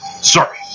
sorry